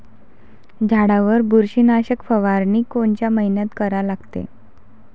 झाडावर बुरशीनाशक फवारनी कोनच्या मइन्यात करा लागते?